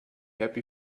happy